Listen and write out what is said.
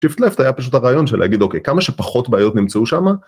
שיפט לפט היה פשוט הרעיון של להגיד אוקיי כמה שפחות בעיות נמצאו שם